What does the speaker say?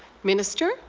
minister.